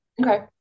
Okay